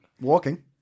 Walking